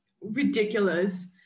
ridiculous